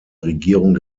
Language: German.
regierung